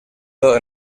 todo